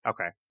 Okay